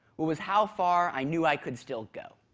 was how far i knew i could still go.